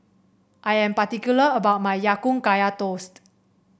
I am particular about my Ya Kun Kaya Toast